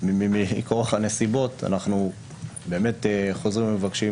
מכורח הנסיבות אנחנו חוזרים ומבקשים,